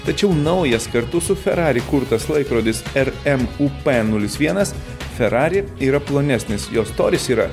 tačiau naujas kartu su ferari kurtas laikrodis er em u p nulis vienas ferari yra plonesnis jo storis yra